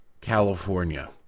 California